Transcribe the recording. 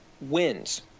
wins